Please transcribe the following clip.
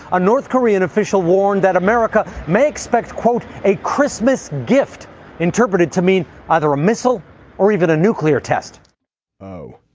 a north korean official warned that america may expect, quote, a christmas gift interpreted to mean either a missile or even a nuclear test oh,